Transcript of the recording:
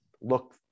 look